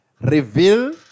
reveal